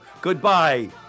Goodbye